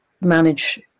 manage